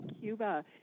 Cuba